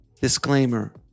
Disclaimer